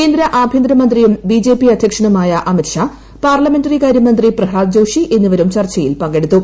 കേന്ദ്ര ആഭ്യന്തര മന്ത്രിയും ബി ജെ പി അധ്യക്ഷനുമായ അമിത് ഷാ പാർലമെന്ററികാരൃമന്ത്രി പ്രഹ്ളാദ് ജോഷി എന്നിവരും ചർച്ചയിൽ പങ്കെടുത്തു